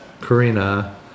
Karina